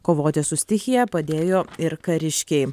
kovoti su stichija padėjo ir kariškiai